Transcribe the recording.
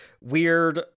weird